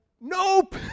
nope